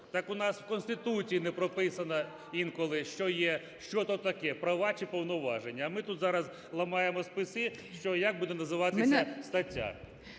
Так у нас в Конституції не прописано інколи, що є, що то таке – права чи повноваження. А ми тут зараз ламаємо списи, що як буде називатися стаття.